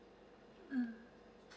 mm